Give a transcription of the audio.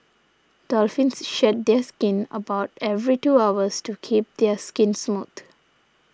dolphins shed their skin about every two hours to keep their skin smooth